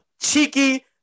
cheeky